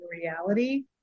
reality